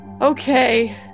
okay